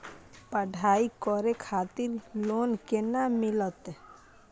पढ़ाई करे खातिर लोन केना मिलत?